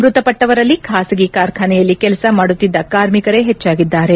ಮೃತಪಟ್ಟವರಲ್ಲಿ ಖಾಸಗಿ ಕಾರ್ಖಾನೆಯಲ್ಲಿ ಕೆಲಸ ಮಾಡುತ್ತಿದ್ದ ಕಾರ್ಮಿಕರೇ ಹೆಚ್ಚಾಗಿದ್ದಾರೆ